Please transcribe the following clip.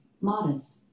modest